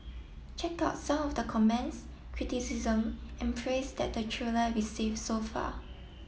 check out some of the comments criticism and praise that the trailer receive so far